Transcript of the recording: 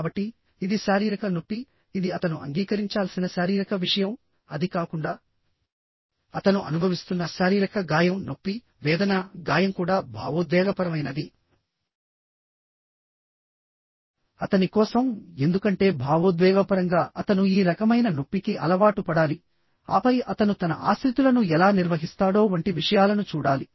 కాబట్టి ఇది శారీరక నొప్పి ఇది అతను అంగీకరించాల్సిన శారీరక విషయం అది కాకుండాఅతను అనుభవిస్తున్న శారీరక గాయం నొప్పి వేదన గాయం కూడా భావోద్వేగపరమైనది అతని కోసం ఎందుకంటే భావోద్వేగపరంగా అతను ఈ రకమైన నొప్పికి అలవాటు పడాలి ఆపై అతను తన ఆశ్రితులను ఎలా నిర్వహిస్తాడో వంటి విషయాలను చూడాలి